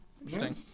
Interesting